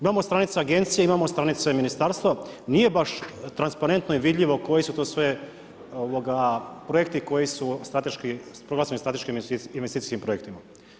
Imamo stranice agencije, imamo stanice ministarstva, nije baš transparentno i vidljivo, koji su to sve projekti, koji su strateški, sa hrvatskim strateškim investicijskim projektima.